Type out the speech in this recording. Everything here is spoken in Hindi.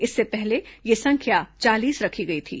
इससे पहले यह संख्या चालीस रखी गई थी